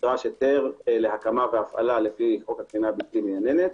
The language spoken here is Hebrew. נדרש היתר להקמה והפעלה לפי חוק הקרינה הבלתי מייננת.